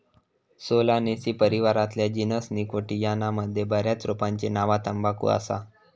Solanaceae परिवारातल्या genus Nicotiana मध्ये बऱ्याच रोपांची नावा तंबाखू असा